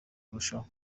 kurushaho